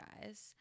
guys